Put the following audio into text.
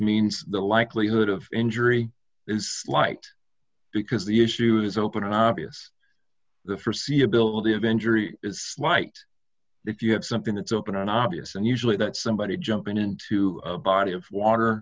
means the likelihood of injury is light because the issue is open and obvious the st c ability of injury is slight if you have something to open an obvious and usually that somebody jumping into a body of water